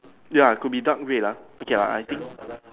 ya could be dark red lah okay lah I think